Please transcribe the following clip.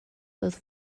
both